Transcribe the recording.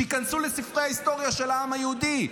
שייכנסו לספרי ההיסטוריה של העם היהודי,